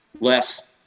less